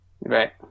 Right